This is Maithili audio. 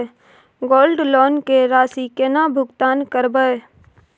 गोल्ड लोन के राशि केना भुगतान करबै?